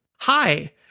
Hi